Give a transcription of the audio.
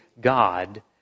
God